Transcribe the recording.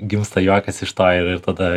gimsta juokas iš to ir ir tada